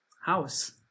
house